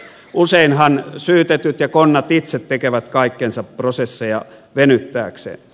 useinhan syytetyt ja konnat itse tekevät kaikkensa prosesseja venyttääkseen